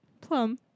Plum